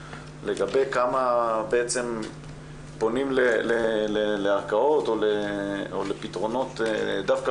לגבי כמה פונים לערכאות או לפתרונות דווקא